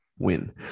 win